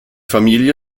familie